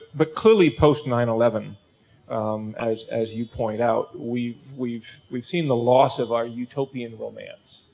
but clearly post nine eleven as, as you point out, we've, we've, we've seen the loss of our utopian romance,